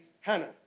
Hannah